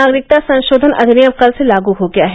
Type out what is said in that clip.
नागरिकता संशोधन अधिनियम कल से लागू हो गया है